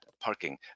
parking